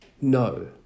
no